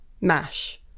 mash